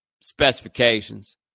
specifications